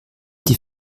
die